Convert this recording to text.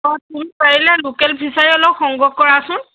অঁ তুমি পাৰিলে লোকেল ফিছাৰী অলপ সংগ্ৰহ কৰাচোন